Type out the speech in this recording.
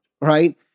right